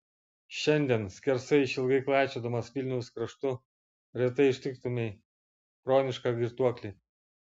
šiandien skersai išilgai klaidžiodamas vilniaus kraštu retai užtiktumei chronišką girtuoklį